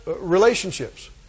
relationships